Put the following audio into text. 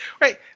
Right